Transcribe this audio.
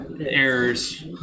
errors